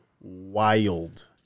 Wild